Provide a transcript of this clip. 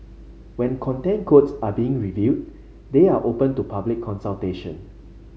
when Content Codes are being reviewed they are open to public consultation